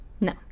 No